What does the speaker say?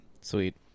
sweet